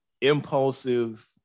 impulsive